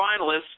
finalists